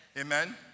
Amen